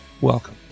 Welcome